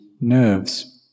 nerves